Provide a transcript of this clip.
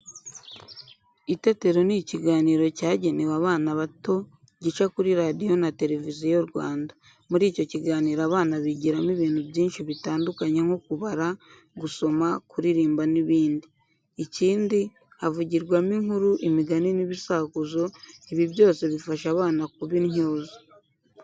Itetero ni ikiganiro cyagenewe abana bato, gica kuri Radiyo na Televiziyo Rwanda. Muri icyo kiganiro abana bigiramo ibintu byinshi bitandukanye nko kubara, gusoma, kuririmba n'ibindi. Ikindi, havugirwamo inkuru, imigani n'ibisakuzo, ibi byose bifasha abana kuba intyoza.